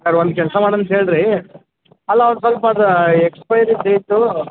sir ಒಂದು ಕೆಲಸ ಮಾಡಂತ ಹೇಳ್ರೀ ಅಲ್ಲ ಒಂದು ಸ್ವಲ್ಪ ಅದ ಎಕ್ಸ್ಪೈರಿ ಡೇಟು